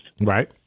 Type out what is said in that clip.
right